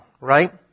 right